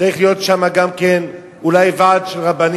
אני אומר לך שצריך להיות שם גם כן ועד של רבנים,